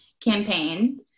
campaign